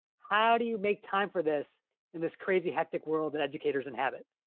how do you make time for this in this crazy, hectic world that educators inhabit?